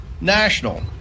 national